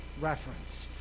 reference